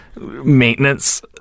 maintenance